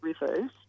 rivers